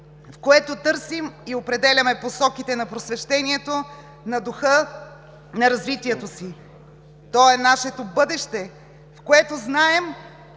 в което търсим и определяме посоките на просвещението, на духа, на развитието си; той е нашето бъдеще, в което знаем,